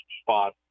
spot